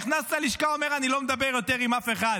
נכנס ללשכה, אומר: אני לא מדבר יותר עם אף אחד.